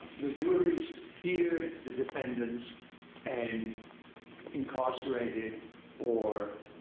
the juries feared the defendants and incarcerated or